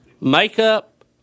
makeup